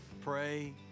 pray